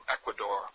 Ecuador